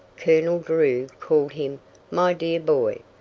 colonel drew called him my dear boy,